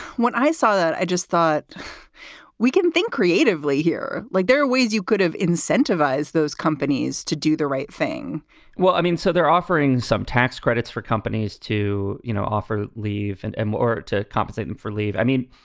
when i saw that, i just thought we can think creatively here. like there are ways you could have incentivize those companies to do the right thing well, i mean, so they're offering some tax credits for companies to you know offer leave and and more to compensate them and for leave. i mean,